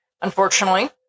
Unfortunately